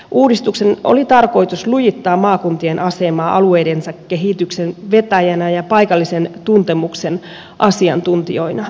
uudistuksen oli tarkoitus lujittaa maakuntien asemaa alueidensa kehityksen vetäjinä ja paikallisen tuntemuksen asiantuntijoina